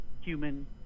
human